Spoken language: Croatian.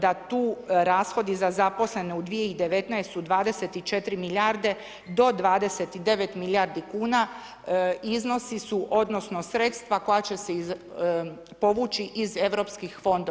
da tu rashodi za zaposlene u 2019. su 24 milijarde do 29 milijardi kuna, iznosi su, odnosno sredstva koja će se povući iz europskih fondova.